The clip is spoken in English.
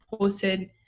posted